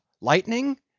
Lightning